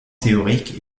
théorique